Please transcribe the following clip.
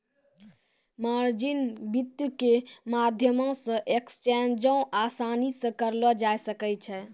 margin वित्त के माध्यमो से एक्सचेंजो असानी से करलो जाय सकै छै